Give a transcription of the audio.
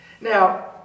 Now